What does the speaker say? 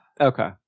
Okay